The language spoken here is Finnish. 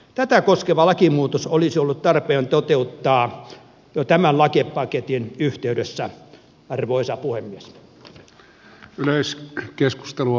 tätä koskeva lakimuutos olisi ollut tarpeen toteuttaa jo tämän lakipaketin yhteydessä arvoisa puhemies